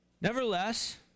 Nevertheless